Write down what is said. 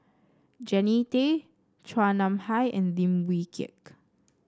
Jannie Tay Chua Nam Hai and Lim Wee Kiak